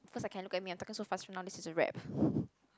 of course I can look at me I'm talking so fast from right now this is a rap